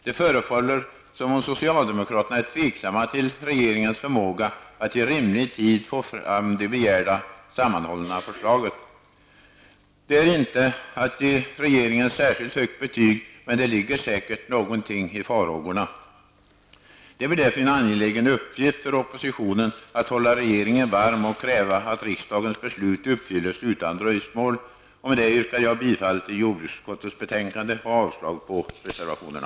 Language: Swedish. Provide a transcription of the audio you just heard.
Det förefaller som om socialdemokraterna är tveksamma till regeringens förmåga att i rimlig tid få fram det begärda, sammanhållna förslaget. Det är inte att ge regeringen särskilt högt betyg, men det ligger säkert någonting i farhågorna. Det blir därför en angelägen uppgift för oppositionen att hålla regeringen varm och kräva att riksdagens beslut uppfylles utan dröjsmål. Herr talman! Med detta yrkar jag bifall till hemställan i jordbruksutskottets betänkande och avslag på de bägge reservationerna.